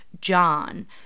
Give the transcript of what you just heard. John